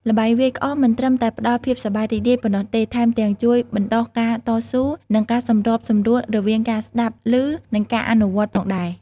ល្បែងវាយក្អមមិនត្រឹមតែផ្ដល់ភាពសប្បាយរីករាយប៉ុណ្ណោះទេ ថែមទាំងជួយបណ្ដុះការតស៊ូ និងការសម្របសម្រួលរវាងការស្ដាប់ឮ និងការអនុវត្តផងដែរ។